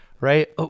right